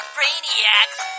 Brainiacs